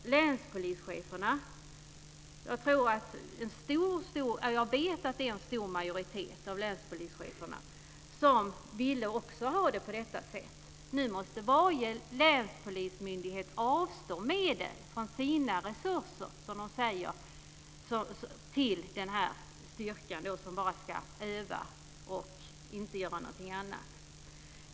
När det gäller länspolischeferna vet jag att det är en stor majoritet av länspolischeferna som också vill ha det på detta sätt. Nu måste varje länspolismyndighet avstå medel från sina resurser, som de säger, till insatsstyrkan som bara ska öva och inte göra någonting annat.